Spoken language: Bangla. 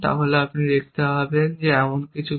আপনি দেখতে পাবেন একই রকম কিছু ঘটছে